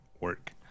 work